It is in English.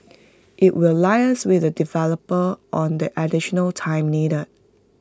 IT will liaise with the developer on the additional time needed